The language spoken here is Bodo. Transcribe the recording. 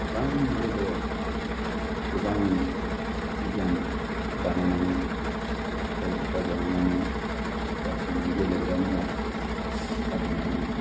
गोबां जायगायाव गोबां स्टेडियाम बानायनानै खेला फोथार बनायनानै दा बिदिनो गेलेग्रा मुवाफोरखौ लाबोनानै